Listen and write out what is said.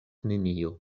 nenio